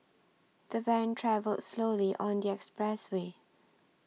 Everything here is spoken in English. the van travelled slowly on the expressway